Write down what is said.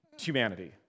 humanity